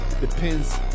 Depends